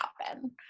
happen